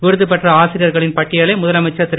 விருது பெற்ற ஆசிரியர்களின் பட்டியலை முதலமைச்சர் திரு